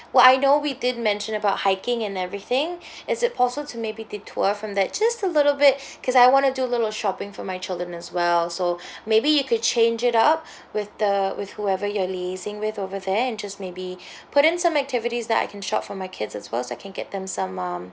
well I know we did mention about hiking and everything is it possible to maybe detour from that just a little bit because I want to do a little shopping for my children as well so maybe you could change it up with the with whoever you're liaising with over there and just maybe put in some activities that I can shop for my kids as well so I can get them some um